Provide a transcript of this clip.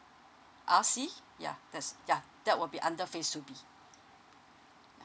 R_C yeah that's yeah that will be under phase two B